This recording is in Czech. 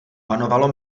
panovalo